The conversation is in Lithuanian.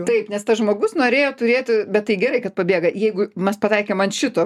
taip nes tas žmogus norėjo turėti bet tai gerai kad pabėga jeigu mes pataikėm ant šito